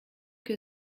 que